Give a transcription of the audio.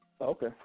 Okay